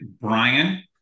Brian